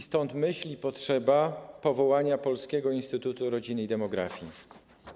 Stąd myśl i potrzeba powołania Polskiego Instytutu Rodziny i Demografii.